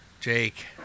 Jake